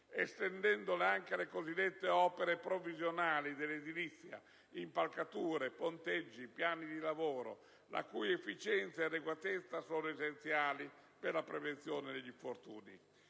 estendendole anche alle cosiddette opere provvisionali dell'edilizia, (impalcature, ponteggi, piani di lavoro), la cui efficienza e adeguatezza sono essenziali per la prevenzione degli infortuni